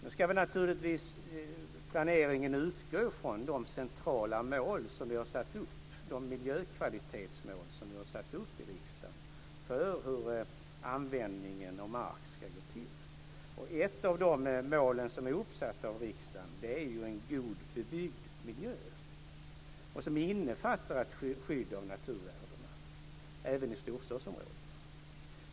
Nu ska planeringen naturligtvis utgå från de centrala miljökvalitetsmål som vi har satt upp i riksdagen för hur användningen av mark ska gå till. Ett av de mål som är uppsatta av riksdagen är ju en god bebyggd miljö, som innefattar ett skydd av naturvärdena även i storstadsområdena.